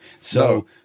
So-